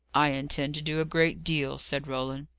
i intend to do a great deal, said roland.